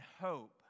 hope